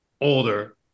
older